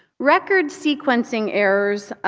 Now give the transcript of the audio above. record sequencing errors,